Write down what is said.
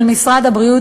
של משרד הבריאות,